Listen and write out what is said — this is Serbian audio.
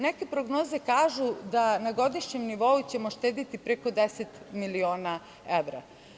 Neke prognoze kažu da na godišnjem nivou ćemo uštedeti preko 10 miliona evra.